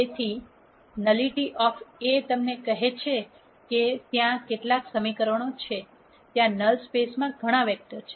તેથી nullity of A તમને કહે છે કે ત્યાં કેટલા સમીકરણો છે ત્યાં નલ સ્પેસમાં ઘણા વેક્ટર છે